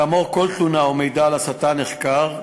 כאמור, כל תלונה או מידע על הסתה נחקר.